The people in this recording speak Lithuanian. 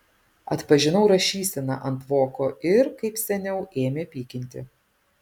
atpažinau rašyseną ant voko ir kaip seniau ėmė pykinti